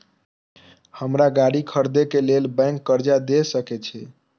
हमरा गाड़ी खरदे के लेल बैंक कर्जा देय सके छे?